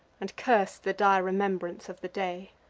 and curse the dire remembrance of the day.